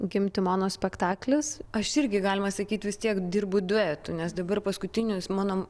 gimti mono spektaklis aš irgi galima sakyt vis tiek dirbu duetu nes dabar paskutinius mano